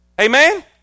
Amen